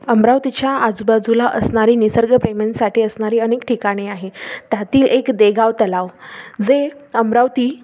अमरावतीच्या आजूबाजूला असणारी निसर्गप्रेमींसाठी असणारी अनेक ठिकाणे आहे त्यातील एक देगाव तलाव जे अमरावती